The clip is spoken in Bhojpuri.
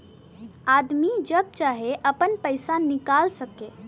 आदमी जब चाहे आपन पइसा निकाल सके